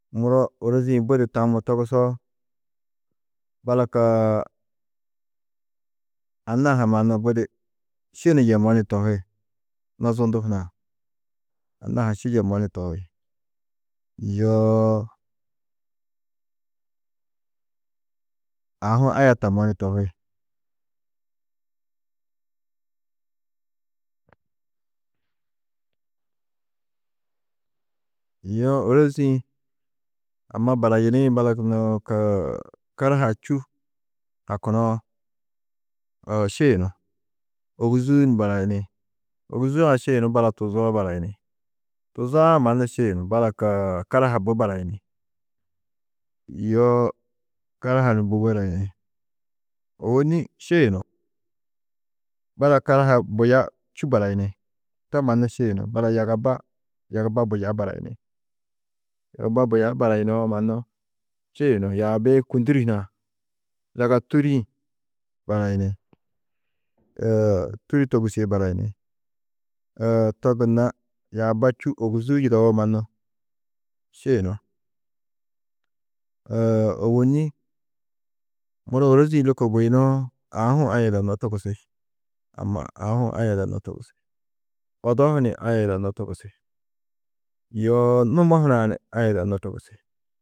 Muro ôrozi-ĩ budi tammo togusoo, balak anna-ã ha mannu budi, ši ni yemmo ni tohi, nozundu hunã, anna-ã ha ši yemmo ni tohi, yoo aũ hu aya tammo ni tohi, yo ôrozi-ĩ amma barayinĩ balak karahaa čû hakunoo, šiyunú, ôguzuu ni barayini, ôguzuu-ã šiyunú balak tuzoo barayini, tuzoo-ã mannu šiyunú balak karaha bui barayini, yoo karaha ni bui barayini, ôwonni šiyunú, balak karahaa buya čû barayini, to mannu šiyunú, balak yagaba, yagaba buya barayini, yagaba buya barayunoo mannu šiyunú, yaabi-ĩ kûnduri hunã zaga tûri-ĩ barayini, tûri togusîe barayini, to gunna yaaba čû, ôguzuu yidawo mannu šiyunú, ôwonni muro ôrozi-ĩ lôko buyunoo, aũ hu aya yidannó togusi, amma, aũ hu aya yidannó togusi, odo ho ni aya yidannó togusi, yoo numo hunã ha ni aya togusi.